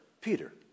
Peter